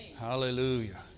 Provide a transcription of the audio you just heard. Hallelujah